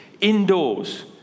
indoors